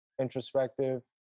introspective